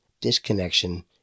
disconnection